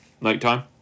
nighttime